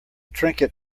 trinket